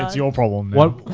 your problem